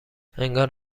انگار